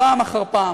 פעם אחר פעם.